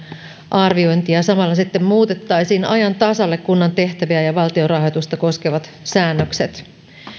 arviointi ja samalla sitten muutettaisiin ajan tasalle kunnan tehtäviä ja ja valtionrahoitusta koskevat säännökset